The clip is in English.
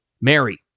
Mary